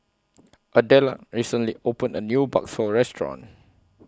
Adella recently opened A New Bakso Restaurant